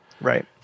right